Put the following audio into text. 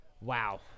Wow